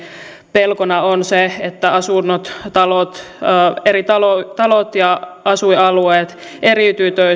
pelkona on se että asunnot talot ja asuinalueet eriytyvät